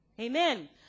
Amen